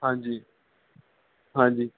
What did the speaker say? ਹਾਂਜੀ ਹਾਂਜੀ